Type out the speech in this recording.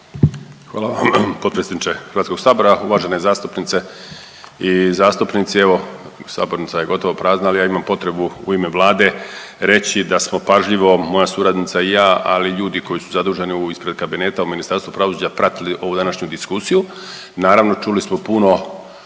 Hvala vam potpredsjedniče Hrvatskog sabora, uvažene zastupnice i zastupnici. Evo sabornica je gotovo prazna, ali ja imam potrebu u ime Vlade reći da smo pažljivo moja suradnica i ja ali i ljudi koji su zaduženi ispred kabineta u Ministarstvu pravosuđa pratili ovu današnju diskusiju. Naravno čuli smo puno